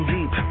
Deep